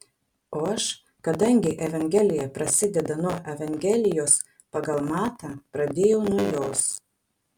o aš kadangi evangelija prasideda nuo evangelijos pagal matą pradėjau nuo jos